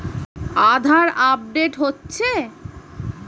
আধার update হচ্ছে?